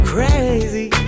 Crazy